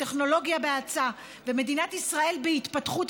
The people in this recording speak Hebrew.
הטכנולוגיה בהאצה ומדינת ישראל בהתפתחות,